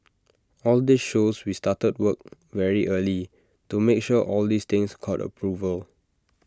all this shows we started work very early to make sure all these things got approval